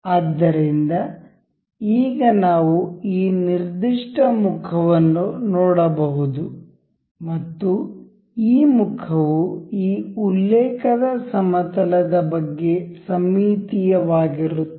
ಆದ್ದರಿಂದ ಈಗ ನಾವು ಈ ನಿರ್ದಿಷ್ಟ ಮುಖವನ್ನು ನೋಡಬಹುದು ಮತ್ತು ಈ ಮುಖವು ಈ ಉಲ್ಲೇಖದ ಸಮತಲದ ಬಗ್ಗೆ ಸಮ್ಮಿತೀಯವಾಗಿರುತ್ತದೆ